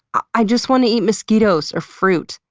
i just wanna eat mosquitoes or fruit.